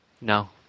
No